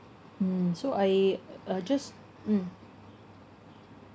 mm so I uh just mm